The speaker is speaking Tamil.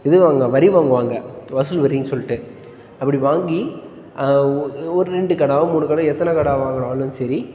இது வாங்குவா வரி வாங்குவாங்க வசூல் வரின்னு சொல்லிட்டு அப்படி வாங்கி ஒ ஒரு ரெண்டு கிடாவோ மூணு கிடா எத்தனை கிடா வாங்கினாலும் சரி